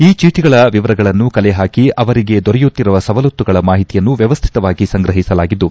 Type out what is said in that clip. ಈ ಚೀಟಿಗಳ ವಿವರಗಳನ್ನು ಕಲೆ ಹಾಕಿ ಅವರಿಗೆ ದೊರೆಯುತ್ತಿರುವ ಸವಲತ್ತುಗಳ ಮಾಹಿತಿಯನ್ನು ವ್ಯವಸ್ಟಿತವಾಗಿ ಸಂಗ್ರಹಿಸಲಾಗಿದ್ದು